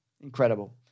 incredible